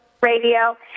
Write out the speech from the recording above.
Radio